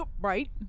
right